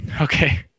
Okay